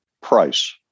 price